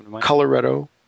Colorado